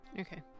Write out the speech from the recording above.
Okay